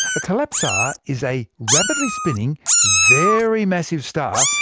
a collapsar is a rapidly spinning, very massive star,